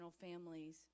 families